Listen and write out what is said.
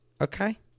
okay